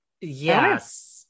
Yes